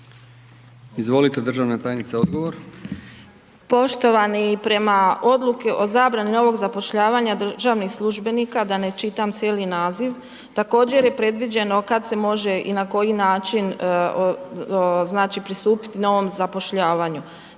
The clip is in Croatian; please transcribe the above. Izvolite državna tajnice, odgovor. **Prpić, Katica** Poštovani, prema odluci o zabrani novog zapošljavanja državnih službenika, da ne čitam cijeli naziv, također je predviđeno kada se može i na koji način pristupit novom zapošljavanju.